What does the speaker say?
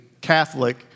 Catholic